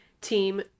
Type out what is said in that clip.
team